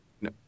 no